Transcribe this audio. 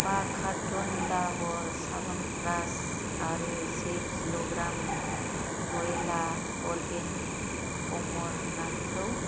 बा carton Dabur chyawanprash आरो से किल'ग्राम व'यला अरगेनिक अमरनाथखौ